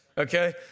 Okay